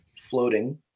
floating